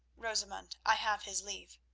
rosamund, i have his leave.